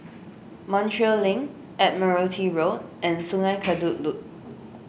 Montreal Link Admiralty Road and Sungei Kadut Loop